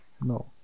No